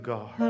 God